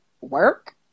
work